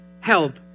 help